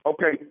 Okay